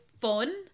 fun